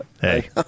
hey